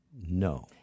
No